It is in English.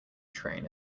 train